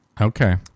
Okay